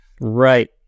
Right